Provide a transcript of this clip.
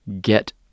get